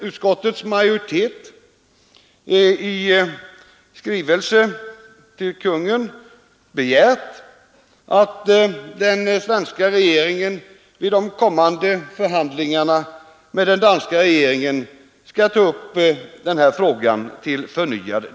Utskottets majoritet vill att riksdagen i skrivelse skall begära att den svenska regeringen vid de kommande förhandlingarna med den danska regeringen skall ta upp denna fråga på nytt.